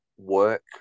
work